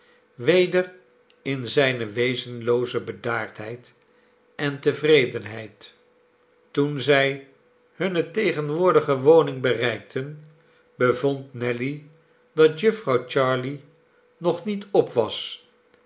weder in zijne wezenlooze bedaardheid en tevredenheid toen zij hunne tegenwoordige woning bereikten bevond nelly dat jufvrouw jarley nog niet op was